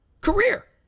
Career